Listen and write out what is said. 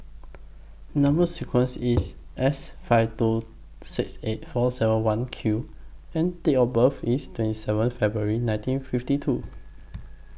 Number sequence IS S five two six eight four seven one Q and Date of birth IS twenty seven February nineteen fifty two